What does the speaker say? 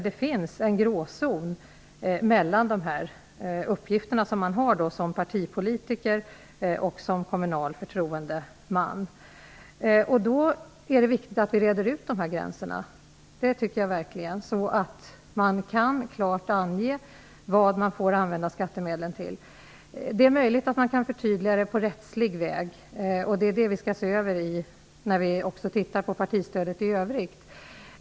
Det finns en gråzon mellan de uppgifter som man har som partipolitiker och som kommunal förtroendeman. Därför är det viktigt att dessa gränser reds ut -- det tycker jag verkligen -- så att det klart kan anges vad skattemedlen får användas till. Det är möjligt att gränserna kan förtydligas på rättslig väg, och det är det som vi skall se efter när vi ser över partistödet i övrigt.